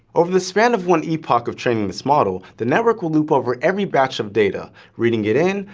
over the span of one epoch of training this model, the network will loop over every batch of data reading it in,